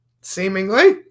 seemingly